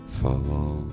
follow